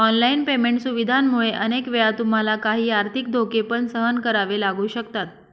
online payment सुविधांमुळे अनेक वेळा तुम्हाला काही आर्थिक धोके पण सहन करावे लागू शकतात